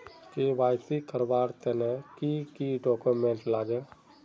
KYC करवार तने की की डॉक्यूमेंट लागे?